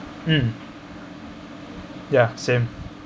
mm ya same